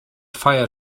fire